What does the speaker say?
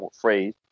phrase